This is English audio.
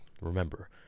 remember